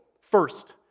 First